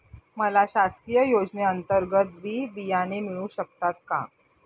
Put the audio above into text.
मला शासकीय योजने अंतर्गत बी बियाणे मिळू शकतात का?